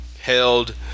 held